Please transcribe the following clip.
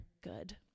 good